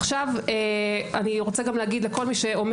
עכשיו אני רוצה גם להגיד לכל מי שאומר